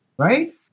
Right